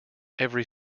every